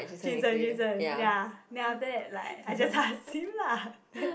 Jason Jason ya then after that like I just ask him lah then